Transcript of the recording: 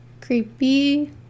creepy